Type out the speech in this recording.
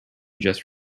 just